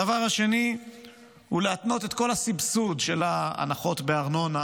הדבר השני הוא להתנות את כל הסבסוד של ההנחות בארנונה,